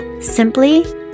Simply